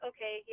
Okay